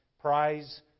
Prize